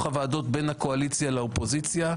הוועדות בין הקואליציה לאופוזיציה,